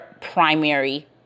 primary